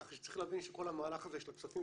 כך שצריך להבין שכל המהלך הזה של הכספים